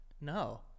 No